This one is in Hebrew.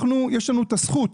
אנחנו, יש לנו את הזכות,